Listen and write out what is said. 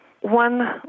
one